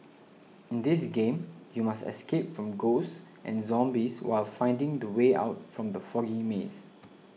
in this game you must escape from ghosts and zombies while finding the way out from the foggy maze